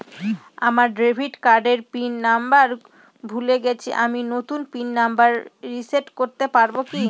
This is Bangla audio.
আমার ডেবিট কার্ডের পিন নম্বর ভুলে গেছি আমি নূতন পিন নম্বর রিসেট করতে পারবো কি?